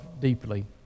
deeply